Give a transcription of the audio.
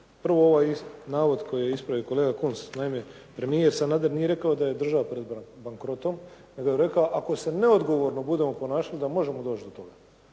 prvo ovaj isti navod koji je ispravio i kolega Kunst. Naime, premijer Sanader nije rekao da je država pred bankrotom nego je rekao ako se neodgovorno budemo ponašali da možemo doći do toga,